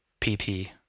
PP